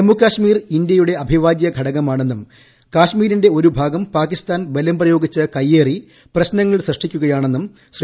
ജമ്മുകാശ്മീർ ഇന്തൃയുടെ അവിഭാജൃ ഘടകമാണെന്നും കാശ്മീരിന്റെ ഒരു ഭാഗം പാകിസ്ഥാൻ ബലം പ്രയോഗിച്ച് കയ്യേറി പ്രശ്നങ്ങൾ സൃഷ്ടിക്കുകയാണെന്നും ശ്രീ